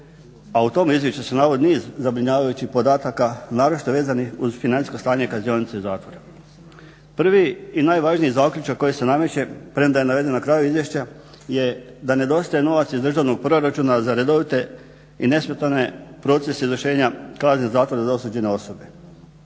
A u tom izvješću se navodi niz zabrinjavajućih podataka naročito vezanih uz financijsko stanje kaznionica i zatvora. Prvi i najvažniji zaključak koji se nameće, premda je naveden na kraju izvješća, je da nedostaje novac iz državnog proračuna za redovite i nesmetane procesa izvršenja kazne zatvora za osuđene osobe.